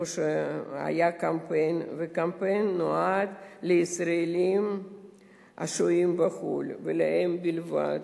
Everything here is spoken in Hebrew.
הקמפיין נועד לישראלים השוהים בחו"ל, ולהם בלבד.